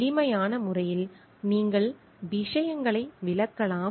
எளிமையான முறையில் நீங்கள் விஷயங்களை விளக்கலாம்